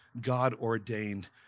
God-ordained